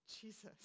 Jesus